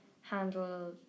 handle